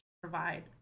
provide